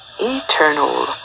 eternal